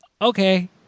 okay